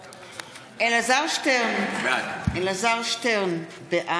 נוכחת אלעזר שטרן, בעד